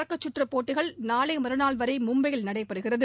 தொடக்கச் சுற்று போட்டிகள் நாளை மறுநாள் வரை மும்பையில் நடைபெறுகிறது